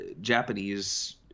Japanese